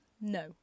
no